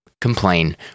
complain